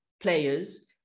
players